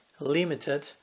limited